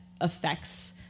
affects